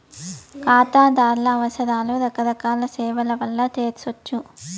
కాతాదార్ల అవసరాలు రకరకాల సేవల్ల వల్ల తెర్సొచ్చు